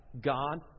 God